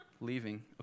leaving